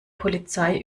polizei